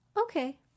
okay